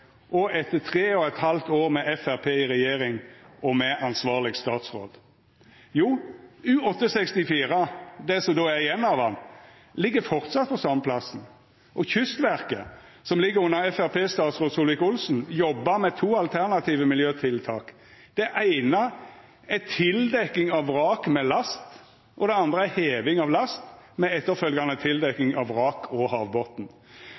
og etter tre og eit halvt år med Framstegspartiet i regjering og med ansvarleg statsråd? Jo, U-864, det som er igjen av han, ligg framleis på same plassen. Kystverket, som ligg under FrP-statsråd Solvik-Olsen, jobbar med to alternative miljøtiltak. Det eine er tildekking av vrak med last, og det andre er heving av last med etterfølgjande tildekking av vrak og